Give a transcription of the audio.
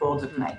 ספורט ופנאי.